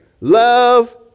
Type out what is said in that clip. love